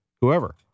whoever